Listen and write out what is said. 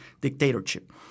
dictatorship